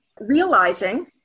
realizing